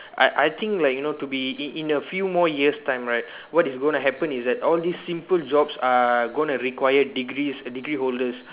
I I think like you know to be in in a few more years time right what is going to happen is that all these simple jobs are going to require degrees degree holders